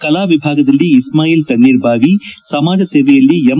ಕಲೆ ವಿಭಾಗದಲ್ಲಿ ಇಸ್ಲಾಯಿಲ್ ತಣ್ಣೇರ್ಬಾವಿ ಸಮಾಜ ಸೇವೆಯಲ್ಲಿ ಎಂ